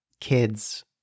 kids